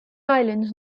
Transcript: islands